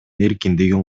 эркиндигин